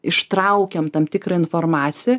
ištraukiam tam tikrą informaciją